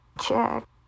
check